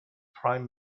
prime